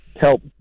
help